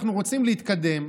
אנחנו רוצים להתקדם,